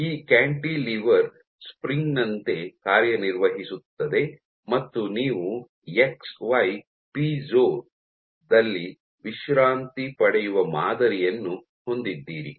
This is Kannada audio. ಈ ಕ್ಯಾಂಟಿಲಿವರ್ ಸ್ಪ್ರಿಂಗ್ ನಂತೆ ಕಾರ್ಯನಿರ್ವಹಿಸುತ್ತದೆ ಮತ್ತು ನೀವು ಎಕ್ಸ್ ವೈ ಪೈಜೊ ದಲ್ಲಿ ವಿಶ್ರಾಂತಿ ಪಡೆಯುವ ಮಾದರಿಯನ್ನು ಹೊಂದಿದ್ದೀರಿ